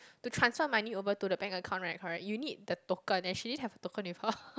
to transfer money over to the bank account right correct you need the token and she didn't have the token with her